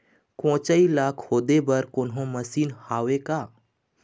कोचई ला खोदे बर कोन्हो मशीन हावे का?